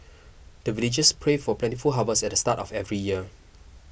the villagers pray for plentiful harvest at the start of every year